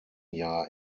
jahr